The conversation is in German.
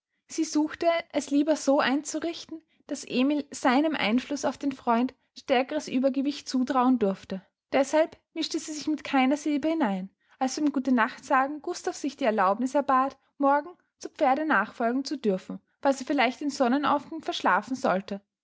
sie suchte es lieber so einzurichten daß emil seinem einfluß auf den freund stärkeres uebergewicht zutrauen durfte deßhalb mischte sie sich mit keiner silbe hinein als beim gutenachtsagen gustav sich die erlaubniß erbat morgen zu pferde nachfolgen zu dürfen falls er vielleicht den sonnenaufgang verschlafen sollte